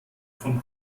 von